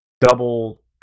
double